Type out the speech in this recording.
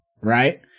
Right